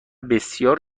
بسیار